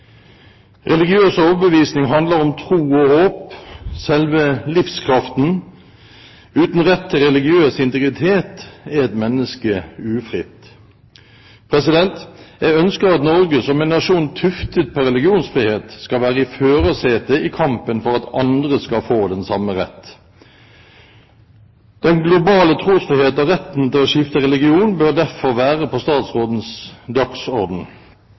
Religiøs overbevisning handler om tro og håp – selve livskraften. Uten rett til religiøs integritet er et menneske ufritt. Jeg ønsker at Norge som en nasjon tuftet på religionsfrihet, skal være i førersetet i kampen for at andre skal få den samme rett. Den globale trosfrihet og retten til å skifte religion bør derfor være på statsrådens dagsorden.